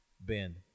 Ben